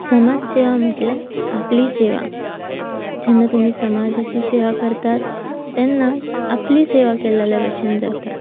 समाज सेवा म्हटल्यार आपली सेवा जेन्ना तुमी समाजाची सेवा करतात तेन्नाच आपली सेवा केलेले भशेन जाता